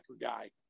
guy